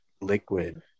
liquid